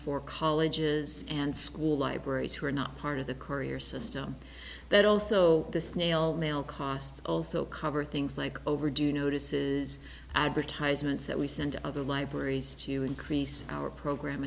for colleges and school libraries who are not part of the courier system that also the snail mail costs also cover things like overdue notices advertisements that we send to other libraries to increase our program